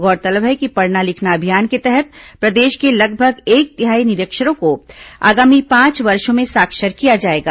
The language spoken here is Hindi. गौरतलब है कि पढ़ना लिखना अभियान के तहत प्रदेश के लगभग एक तिहाई निरीक्षरों को आगामी पांच वर्षों में साक्षर किया जाएगा